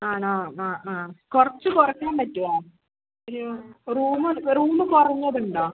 ആണോ ആ ആ കുറച്ച് കുറയ്ക്കാൻ പറ്റോ ഒരു റൂമ് റൂമ് കുറഞ്ഞതുണ്ടോ